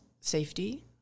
safety